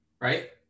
right